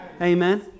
amen